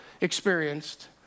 experienced